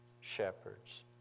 Shepherds